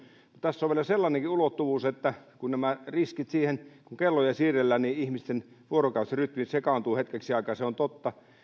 tässä on vielä sellainenkin ulottuvuus että on nämä riskit kun kelloja siirrellään että ihmisten vuorokausirytmi sekaantuu hetkeksi aikaa se on totta